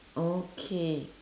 okay